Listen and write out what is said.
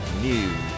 News